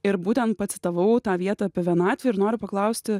ir būtent pacitavau tą vietą apie vienatvę ir noriu paklausti